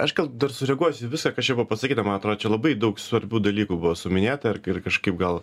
aš gal dar sureaguosiu į visa kas čia buvo pasakyta man atrodo čia labai daug svarbių dalykų buvo suminėta ir ir kažkaip gal